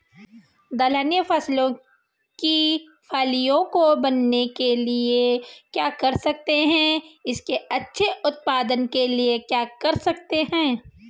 दलहनी फसलों की फलियों को बनने के लिए क्या कर सकते हैं इसके अच्छे उत्पादन के लिए क्या कर सकते हैं?